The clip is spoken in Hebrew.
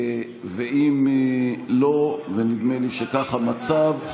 ואם לא, ונדמה לי שכך המצב,